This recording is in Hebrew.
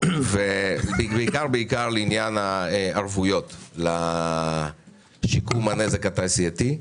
בעיקר לעניין הערבויות לשיקום הנזק התעשייתי.